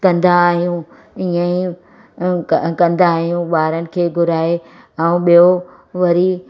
कंदा आहियूं ईअं ई कंदा आहियूं ॿारनि खे घुराए ऐं ॿियों वरी